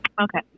Okay